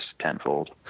tenfold